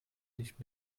nicht